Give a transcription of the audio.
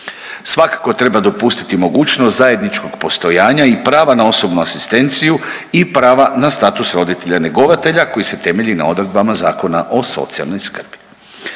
Svakako treba dopustiti mogućnost zajedničkog postojanja i prava na osobnu asistenciju i prava na status roditelja njegovatelja koji se temelji na odredbama Zakona o socijalnoj skrbi.